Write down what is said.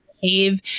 behave